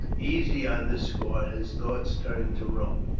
easy on this score, his thoughts turned to rome.